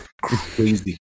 crazy